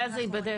הנושא הזה ייבדק.